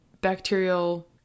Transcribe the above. bacterial